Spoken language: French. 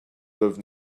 veuve